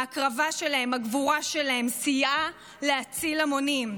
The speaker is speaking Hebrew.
ההקרבה שלהם, הגבורה שלהם, סייעה להציל המונים.